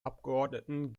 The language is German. abgeordneten